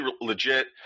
legit